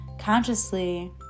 consciously